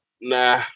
nah